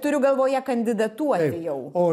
turiu galvoje kandidatuoti jau